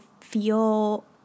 feel